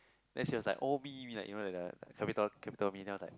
then she was like oh me me like you know like that capital capital me then I was like